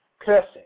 cursing